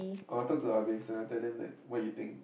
I will talk to ah-bengs and I will tell them that what you think